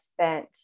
spent